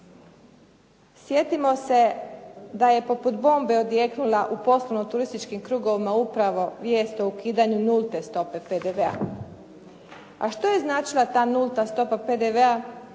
Sjetimo se da je poput bombe odjeknula u poslovno-turističkim krugovima upravo vijest o ukidanju nulte stope PDV-a. A što je značila ta nulta stopa PDV-a?